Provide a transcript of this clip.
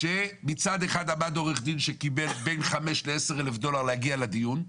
מצד אחד עמד עורך דין שקיבל בין 5,000 ל-10,000 דולר להגיע לדיון.